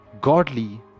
godly